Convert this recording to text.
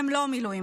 הם לא מילואימניקים.